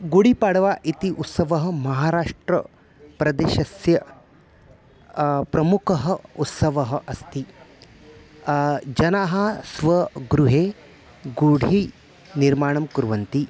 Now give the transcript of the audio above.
गुडिपाड्वा इति उत्सवः महाराष्ट्रप्रदेशस्य प्रमुखः उत्सवः अस्ति जनाः स्वगृहे गुढी निर्माणं कुर्वन्ति